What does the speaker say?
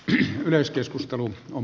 yhä yleiskeskustelu on